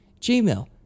gmail